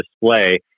display